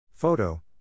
Photo